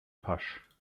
pasch